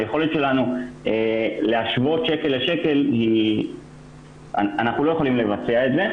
היכולת שלנו להשוות שקל לשקל אנחנו לא יכולים לבצע את זה.